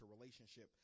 relationship